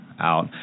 out